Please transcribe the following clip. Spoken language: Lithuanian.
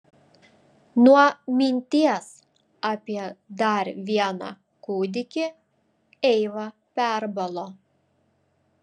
nuo minties apie dar vieną kūdikį eiva perbalo